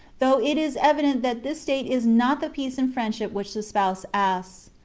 though it is evident that this state is not the peace and friend ship which the spouse asks.